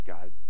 God